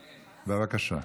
בבקשה.